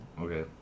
Okay